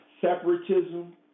separatism